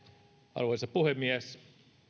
arvoisa puhemies